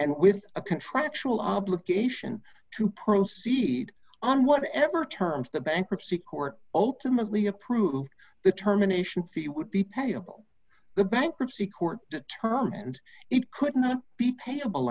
and with a contractual obligation to proceed on whatever terms the bankruptcy court ultimately approved the terminations fee would be payable the bankruptcy court determined it could not be payable